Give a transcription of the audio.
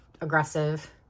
aggressive